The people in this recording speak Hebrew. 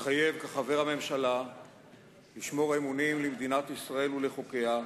מתחייב כחבר הממשלה לשמור אמונים למדינת ישראל ולחוקיה,